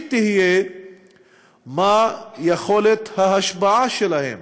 השלישית תהיה מה יכולת ההשפעה שלהם.